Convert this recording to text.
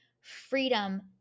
freedom